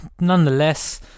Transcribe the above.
nonetheless